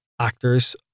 actors